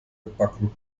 gebacken